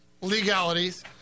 legalities